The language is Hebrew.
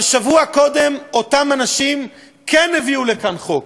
אבל שבוע קודם אותם אנשים כן הביאו לכאן חוק.